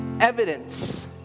Evidence